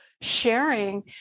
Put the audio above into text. sharing